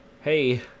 hey